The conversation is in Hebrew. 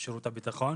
שירות הביטחון